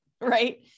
right